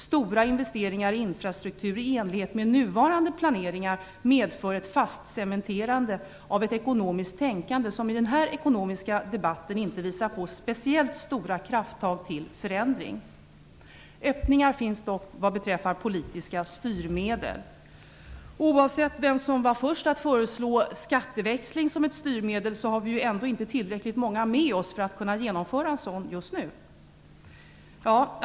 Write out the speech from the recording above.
Stora investeringar i infrastruktur i enlighet med nuvarande planer medför att ett ekonomiskt tänkande cementeras fast, som i den här ekonomiska debatten inte visar på speciellt stora krafttag för förändringar. Det finns dock öppningar vad beträffar politiska styrmedel. Oavsett vem det var som var först med att föreslå skatteväxling som styrmedel, har vi ändå inte tillräckligt många med oss för att kunna genomföra en sådan just nu.